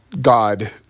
God